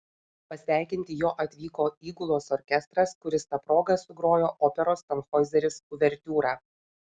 pasveikinti jo atvyko įgulos orkestras kuris ta proga sugrojo operos tanhoizeris uvertiūrą